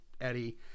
Eddie